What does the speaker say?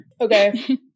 Okay